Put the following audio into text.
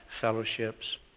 fellowships